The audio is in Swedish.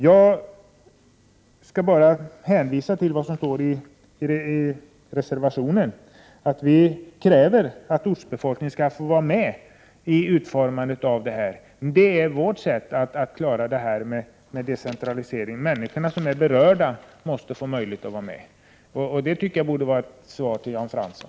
Jag hänvisar bara till vad som står i reservationen, nämligen att vi kräver att ortsbefolkningen skall få vara med vid utformningen. Det är vårt sätt att klara decentraliseringen; de människor som är berörda måste få möjlighet att vara med. Det tycker jag räcker som svar till Jan Fransson.